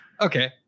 okay